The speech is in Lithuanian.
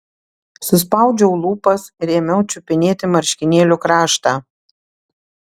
suspaudžiau lūpas ir ėmiau čiupinėti marškinėlių kraštą